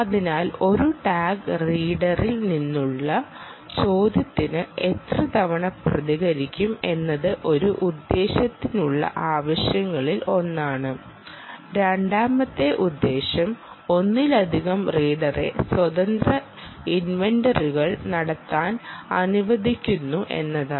അതിനാൽ ഒരു ടാഗ് റീഡറിൽ നിന്നുള്ള ചോദ്യത്തിന് എത്ര തവണ പ്രതികരിക്കും എന്നത് ഒരു ഉദ്ദേശ്യത്തിനുള്ള ആവശ്യകതകളിൽ ഒന്നാണ് രണ്ടാമത്തെ ഉദ്ദേശ്യം ഒന്നിലധികം റീഡറെ സ്വതന്ത്ര ഇൻവെന്ററികൾ നടത്താൻ അനുവദിക്കുക എന്നതാണ്